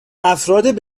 افراد